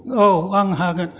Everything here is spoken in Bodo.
औ आं हागोन